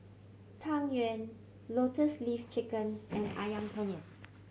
Tang Yuen Lotus Leaf Chicken and Ayam Penyet